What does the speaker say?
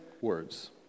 words